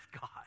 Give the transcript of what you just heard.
God